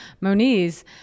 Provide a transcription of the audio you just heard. Moniz